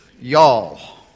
y'all